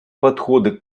подходы